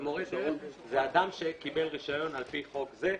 ומורה דרך זה אדם שקיבל רישיון על פי חוק זה.